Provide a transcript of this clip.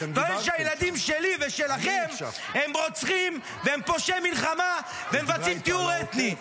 טוען שהילדים שלי ושלכם הם רוצחים והם פושעי מלחמה ומבצעים טיהור אתני.